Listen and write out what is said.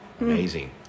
Amazing